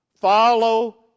follow